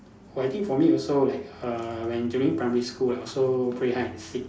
oh I think for me also like also err when during primary school I also play hide and seek